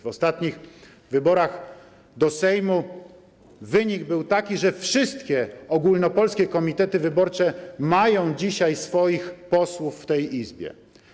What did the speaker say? W ostatnich wyborach do Sejmu wynik był taki, że wszystkie ogólnopolskie komitety wyborcze mają dzisiaj swoich posłów w tej Izbie.